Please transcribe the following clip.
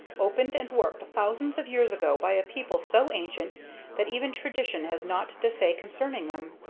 opened and worked thousands of years ago by a people so ancient that even tradition has nought to say concerning them.